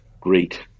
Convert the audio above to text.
great